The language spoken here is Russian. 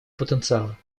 потенциала